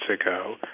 ago